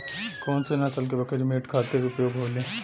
कौन से नसल क बकरी मीट खातिर उपयोग होली?